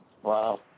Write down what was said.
Wow